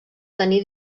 tenir